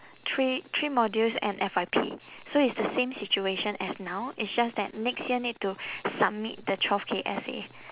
three three modules and F_Y_P so it's the same situation as now it's just that next year need to submit the twelve K essay